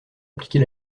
appliquer